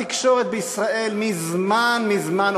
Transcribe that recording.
התקשורת בישראל מזמן מזמן,